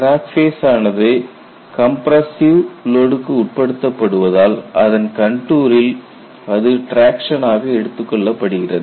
crack face ஆனது compressive லோடுக்குட்படுத்தப் படுவதால் அதன் கண்டூரில் அது டிராக்சன் ஆக எடுத்துக் கொள்ளப்படுகிறது